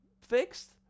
fixed